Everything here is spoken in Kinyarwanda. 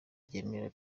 ryemerera